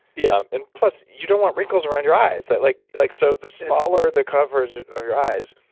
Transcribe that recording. yeah and plus, you don't want wrinkles around your eyes. like like so the smaller the coverage or your eyes.